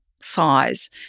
size